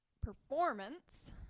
Performance